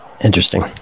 Interesting